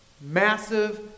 Massive